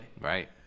Right